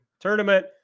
tournament